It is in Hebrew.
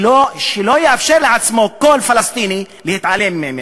שלא יאפשר לעצמו כל פלסטיני להתעלם ממנה.